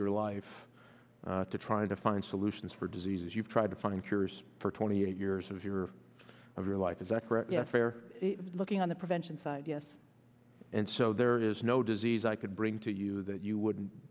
your life to trying to find solutions for diseases you've tried to find cures for twenty eight years of your of your life is that fair looking on the prevention side yes and so there is no disease i could bring to you that you wouldn't